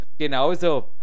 genauso